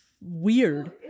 weird